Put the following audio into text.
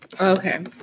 Okay